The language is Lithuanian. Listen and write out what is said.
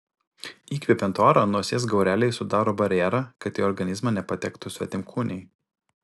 įkvepiant orą nosies gaureliai sudaro barjerą kad į organizmą nepatektų svetimkūniai